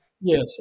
Yes